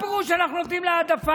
מה פירוש, אנחנו נותנים לה העדפה?